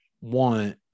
want